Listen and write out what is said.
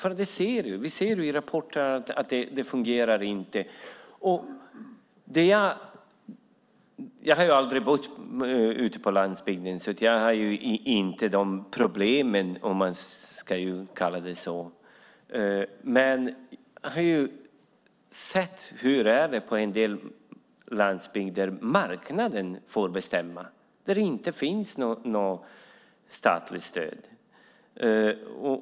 Vi ser ju i rapporterna att det inte fungerar. Jag har aldrig bott ute på landsbygden och har aldrig haft de problemen, om man ska kalla det så. Men jag har sett hur det är på en del landsbygder där marknaden får bestämma och där det inte finns något statligt stöd.